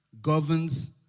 governs